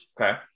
Okay